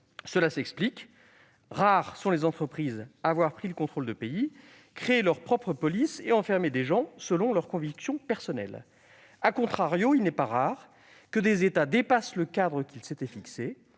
Cela s'explique : rares sont les entreprises à avoir pris le contrôle de pays, créé leur propre police et enfermé des gens selon leurs convictions personnelles., il n'est pas rare que des États dépassent le cadre qu'ils s'étaient fixé